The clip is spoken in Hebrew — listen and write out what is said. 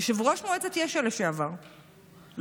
יושב-ראש מועצת יש"ע לשעבר ולצידו